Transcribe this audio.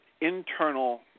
internal